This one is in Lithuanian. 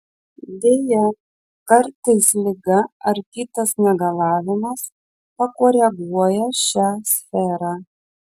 deja kartais liga ar kitas negalavimas pakoreguoja šią sferą